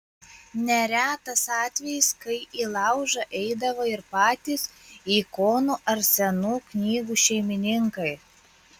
neretas atvejis kai į laužą eidavo ir patys ikonų ar senų knygų šeimininkai